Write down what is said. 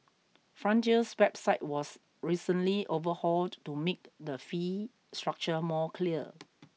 Frontier's website was recently overhauled to make the fee structure more clear